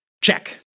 Check